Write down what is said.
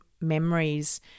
memories